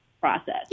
process